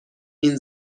این